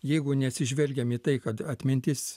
jeigu neatsižvelgiam į tai kad atmintis